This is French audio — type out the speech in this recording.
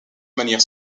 manière